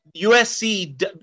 USC